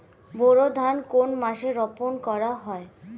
বোরো ধান কোন মাসে রোপণ করা হয়?